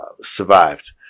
survived